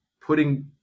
putting